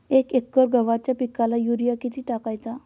एक एकर गव्हाच्या पिकाला युरिया किती टाकायचा?